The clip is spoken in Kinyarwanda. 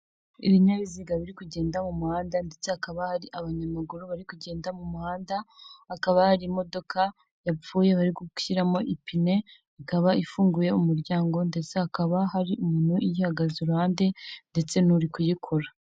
Ibinyabiziga biri kugenda mu muhanda ndetse hakaba hari abanyamaguru bari kugenda mu muhanda, hakaba hari imodoka yapfuye bari gushyiramo ipine ikaba ifunguye umuryango, ndetse hakaba hari umuntu uyihagaze i ruhande ndetse n'uri kuyikora.